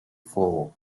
floor